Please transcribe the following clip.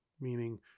meaning